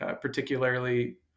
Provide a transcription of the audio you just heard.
particularly